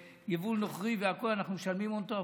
יבול נוכרי והכול, ואנחנו משלמים הון תועפות.